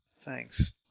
Thanks